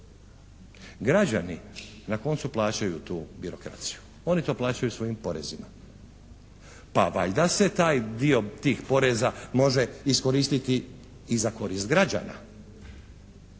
Građani na koncu plaćaju tu birokraciju, oni to plaćaju svojim porezima. Pa valjda se taj dio tih poreza može iskoristiti i za korist građana.